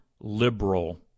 liberal